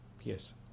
Yes